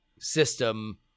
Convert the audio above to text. system